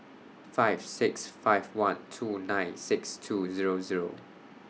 five six five one two nine six two Zero Zero